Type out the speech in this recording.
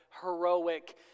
heroic